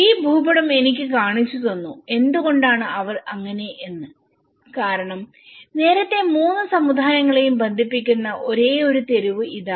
ഈ ഭൂപടം എനിക്ക് കാണിച്ചുതന്നു എന്തുകൊണ്ടാണ് അവർ അങ്ങനെ എന്ന് കാരണം നേരത്തെ മൂന്ന് സമുദായങ്ങളെയും ബന്ധിപ്പിക്കുന്ന ഒരേയൊരു തെരുവ് ഇതാണ്